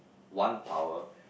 one power